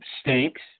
stinks